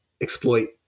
exploit